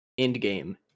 Endgame